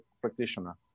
practitioner